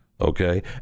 Okay